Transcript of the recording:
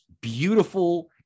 beautiful